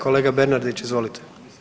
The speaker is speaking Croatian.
Kolega Bernardić, izvolite.